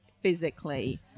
physically